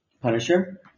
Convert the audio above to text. Punisher